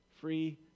Free